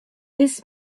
this